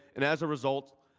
and as a result,